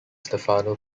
stefano